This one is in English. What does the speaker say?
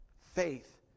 faith